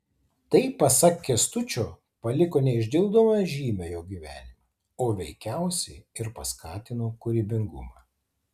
tai pasak kęstučio paliko neišdildomą žymę jo gyvenime o veikiausiai ir paskatino kūrybingumą